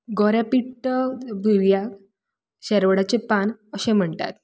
गोरेपिट्ट बिवयाक शेरवडाचें पान अशें म्हणटात